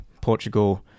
Portugal